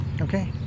okay